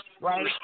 right